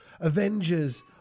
Avengers